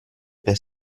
per